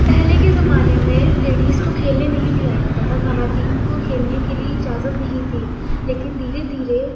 پہلے کے زمانے میں لیڈیز کو کھیلنے نہیں دیا جاتا تھا خواتین کو کھیلنے کے لیے اجازت نہیں تھی لیکن دھیرے دھیرے